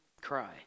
cry